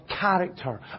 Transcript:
character